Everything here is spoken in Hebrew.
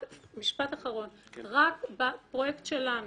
רק בפרויקט שלנו